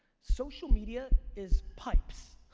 social media is pipes.